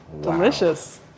Delicious